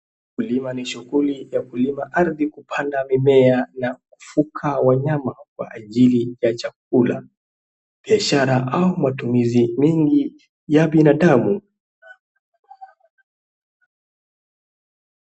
Ukulima ni shughuli ya kulima ardhi kupanda mimea na kufuga wanyama Kwa ajili ya chakula, biashara au matumizi mengi ya binadamu.